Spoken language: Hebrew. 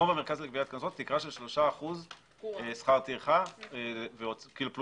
שכר טרחה פלוס